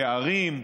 שערים,